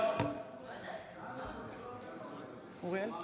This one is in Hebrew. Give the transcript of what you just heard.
אני לא מכיר את זה.